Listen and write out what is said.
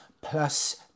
plus